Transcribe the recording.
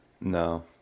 No